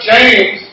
James